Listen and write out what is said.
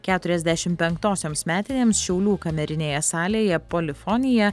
keturiasdešimt penktosioms metinėms šiaulių kamerinėje salėje polifonija